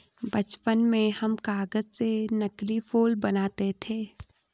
बचपन में हम कागज से नकली फूल बनाते थे